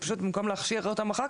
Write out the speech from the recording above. פשוט במקום להכשיר אותם אחר כך,